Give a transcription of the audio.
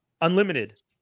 unlimited